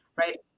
right